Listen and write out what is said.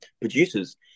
producers